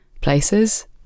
places